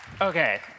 Okay